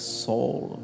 soul